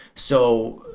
so,